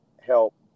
help